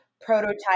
prototype